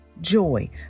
joy